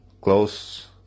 close